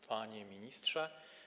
Panie Ministrze!